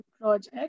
project